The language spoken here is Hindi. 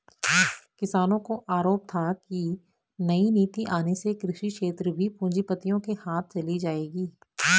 किसानो का आरोप था की नई नीति आने से कृषि क्षेत्र भी पूँजीपतियो के हाथ चली जाएगी